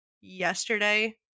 yesterday